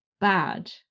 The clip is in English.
bad